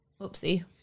oopsie